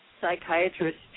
psychiatrist